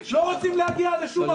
לא רוצים להגיע לשום מקום.